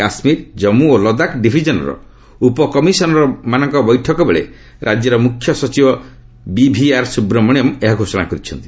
କାଶ୍ମୀର କମ୍ମୁ ଓ ଲଦାଖ୍ ଡିଭିଜନ୍ର ଉପ କମିଶନର୍ ବୈଠକବେଳେ ରାଜ୍ୟର ମୁଖ୍ୟ ସଚିବ ବିଭିଆର୍ ସୁବ୍ରମଣ୍ୟମ୍ ଏହା ଘୋଷଣା କରିଛନ୍ତି